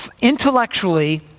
intellectually